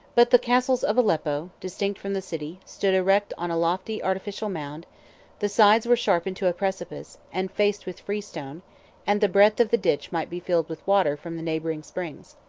but the castle of aleppo, distinct from the city, stood erect on a lofty artificial mound the sides were sharpened to a precipice, and faced with free-stone and the breadth of the ditch might be filled with water from the neighboring springs.